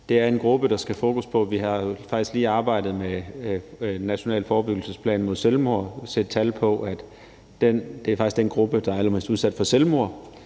Det er en gruppe, der skal fokus på. Vi har faktisk lige arbejdet med en national forebyggelsesplan mod selvmord og har sat tal på, og det er faktisk den gruppe, der er allermest udsat for selvmord,